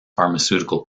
pharmaceutical